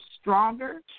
stronger